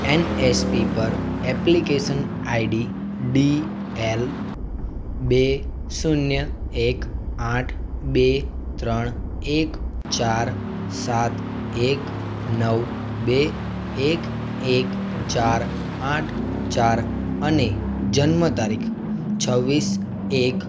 N S P પર application ID D L બે શૂન્ય એક આઠ બે ત્રણ એક ચાર સાત એક નવ બે એક એક ચાર આઠ ચાર અને જન્મ તારીખ છવ્વીસ એક